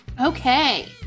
Okay